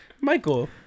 Michael